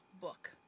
book